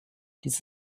dies